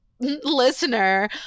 listener